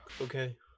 okay